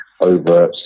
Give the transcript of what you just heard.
over